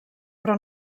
però